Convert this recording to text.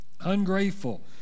ungrateful